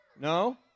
No